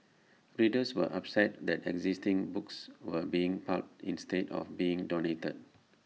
readers were upset that existing books were being pulped instead of being donated